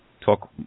talk